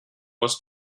was